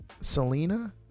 selena